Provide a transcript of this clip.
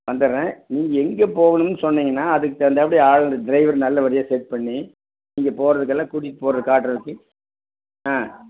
வந்துட்றேன் நீங்கள் எங்கே போகணும்ன்னு சொன்னீங்கன்னா அதுக்குத் தகுந்தாப்படி ஆள் டிரைவர் நல்லபடியாக செட் பண்ணி நீங்கள் போகறதுக்கெல்லாம் கூட்டிகிட்டு போகறக்கு காட்டுறதுக்கு ஆ